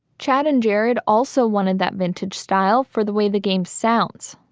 chad and jared also wanted that vintage style for the way the game sounds.